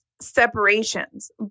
separations